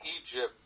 Egypt